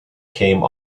came